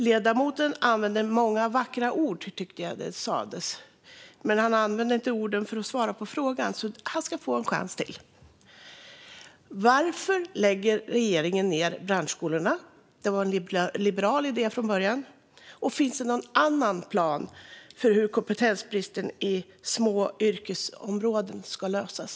Ledamoten använde många vackra ord, sades det, men han använde inte orden för att svara på frågan. Därför ska han få en chans till. Varför lägger regeringen ned branschskolorna? Från början var de en liberal idé. Finns det någon annan plan för hur kompetensbristen i små yrkesområden ska lösas?